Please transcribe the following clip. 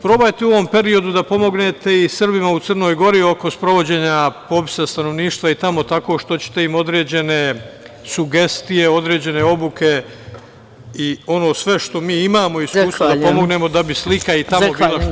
Probajte u ovom periodu da pomognete i Srbima u Crnoj Gori oko sprovođenja popisa stanovništva i tamo tako što ćete im određene sugestije, određene obuke i ono sve što mi imamo iz iskustva pomognemo, da bi slika i tamo bila što bolja.